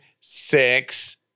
six